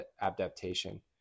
adaptation